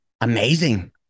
amazing